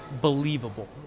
believable